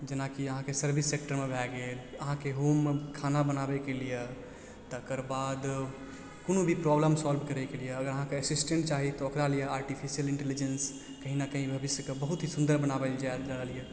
जेनाकि अहाँके सर्विस सेक्टरमे भए गेल अहाँके होममे खाना बनाबैके लिअ तकर बाद कोनो भी प्रॉब्लेम सोल्व करै कऽ लिअ अगर अहाँके असिस्टेंट चाही तऽ ओकरा लिअ आर्टिफिशियल इंटेलिजेंस कहीं ने कहीऔ भविष्यके बहुत ही सुन्दर बनाबै लेल जाय रहल यऽ